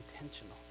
intentional